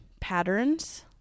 patterns